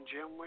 Jim